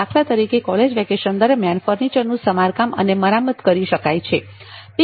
દાખલા તરીકે college vacation દરમ્યાન ફર્નિચરનું સમારકામ અને મરામત કરાવી શકાય છે